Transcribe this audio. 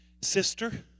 sister